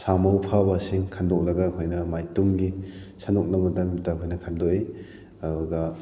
ꯃꯁꯥ ꯃꯎ ꯐꯕꯁꯤꯡ ꯈꯟꯗꯣꯛꯂꯒ ꯑꯩꯈꯣꯏꯅ ꯃꯥꯒꯤ ꯇꯨꯡꯒꯤ ꯁꯟꯗꯣꯛꯅꯕꯒꯤꯗꯃꯛꯇ ꯑꯩꯈꯣꯏꯅ ꯈꯟꯗꯣꯛꯏ ꯑꯗꯨꯒ